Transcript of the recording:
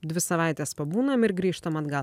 dvi savaites pabūnam ir grįžtam atgal